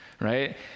right